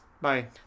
Bye